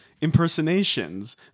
impersonations